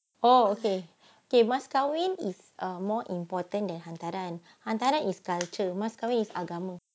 oh okay okay mas kahwin is err more important than hantaran hantaran is culture mas kahwin is agama